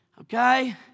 Okay